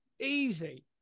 easy